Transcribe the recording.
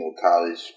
college